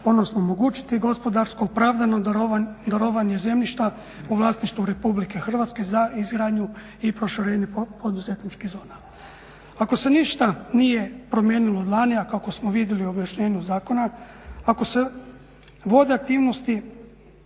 odnosno omogućiti gospodarsko opravdano darovanje zemljišta u vlasništvu Republike Hrvatske za izgradnju i proširenje poduzetničkih zona. Ako se ništa nije promijenilo od lani, a kako smo vidjeli u objašnjenju zakona, ako se vode aktivnosti